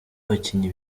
abakinnyi